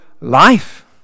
life